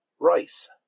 rice